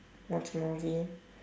watch movie